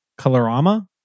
Colorama